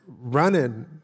running